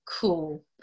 cool